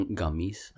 gummies